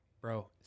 Bro